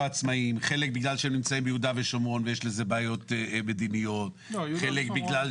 עצמאים חלק בגלל שהם נמצאים ביהודה ושומרון ויש בעיות מדיניות עם זה,